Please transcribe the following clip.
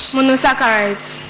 Monosaccharides